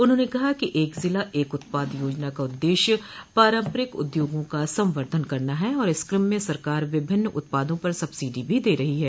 उन्होंने कहा कि एक ज़िला एक उत्पाद योजना का उद्देश्य पारम्परिक उद्योगों का संवद्धन करना है और इस कम में सरकार विभिन्न उत्पादों पर सब्सिडी भी दे रही है